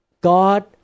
God